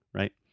right